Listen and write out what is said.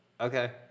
Okay